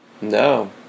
no